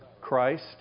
Christ